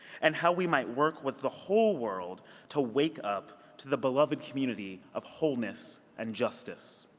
and how we might work with the whole world to wake up to the beloved community of wholeness and justice